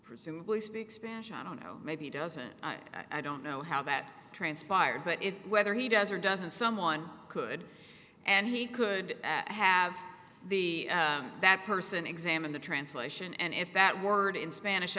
presumably speak spanish i don't know maybe doesn't i don't know how that transpired but if whether he does or doesn't someone could and he could have the that person examine the translation and if that word in spanish